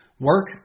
Work